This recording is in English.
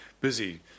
busy